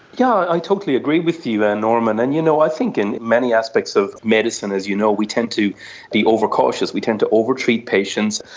yeah i totally agree with you norman, and you know i think in many aspects of medicine, as you know, we tend to be overcautious, we tend to over-treat patients,